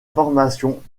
formation